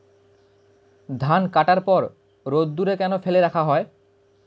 ধান কাটার পর রোদ্দুরে কেন ফেলে রাখা হয়?